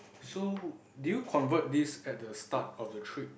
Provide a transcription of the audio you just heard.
so did you convert this at the start of the trip